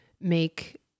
make